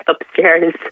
upstairs